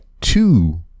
two